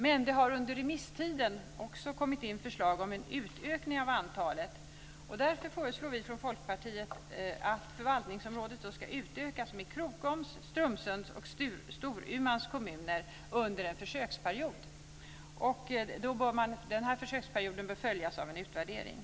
Men det har under remisstiden också kommit in förslag om en utökning av antalet. Därför föreslår vi från Folkpartiet att förvaltningsområdet ska utökas med kommunerna Krokom, Strömsund och Storuman under en försöksperiod. Den här försöksperioden bör följas av en utvärdering.